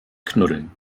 knuddeln